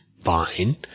fine